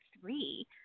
three